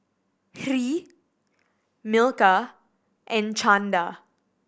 Hri Milkha and Chanda